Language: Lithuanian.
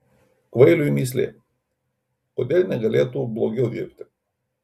kvailiui mįslė kodėl negalėtų blogiau dirbti